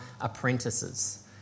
apprentices